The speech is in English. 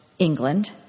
England